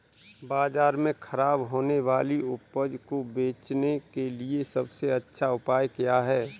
बाजार में खराब होने वाली उपज को बेचने के लिए सबसे अच्छा उपाय क्या है?